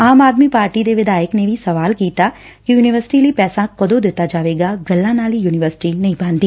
ਆਮ Aadmi party ਦੇ ਵਿਧਾਇਕ ਨੇ ਵੀ ਸਵਾਲ ਕੀਤਾ ਕਿ ਯੁਨੀਵਰਸਿਟੀ ਲਈ ਪੈਸਾ ਕਦੋਂ ਦਿੱਤਾ ਜਾਵੇਗਾ ਗੱਲਾਂ ਨਾਲ ਹੀ ਯੁਨੀਵਰਸਿਟੀ ਨਹੀਂ ਬਣਦੀ